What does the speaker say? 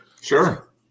Sure